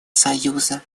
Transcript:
союза